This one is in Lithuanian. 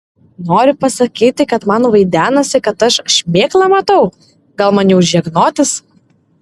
nori pasakyti kad man vaidenasi kad aš šmėklą matau gal man jau žegnotis